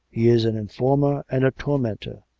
he is an informer and a tormentor!